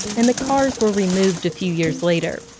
and the cars were removed a few years later.